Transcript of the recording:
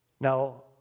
Now